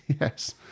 Yes